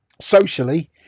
Socially